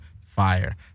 fire